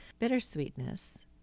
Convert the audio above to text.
Bittersweetness